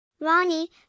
Ronnie